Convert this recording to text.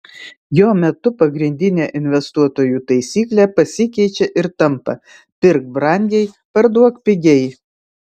jo metu pagrindinė investuotojų taisyklė pasikeičia ir tampa pirk brangiai parduok pigiai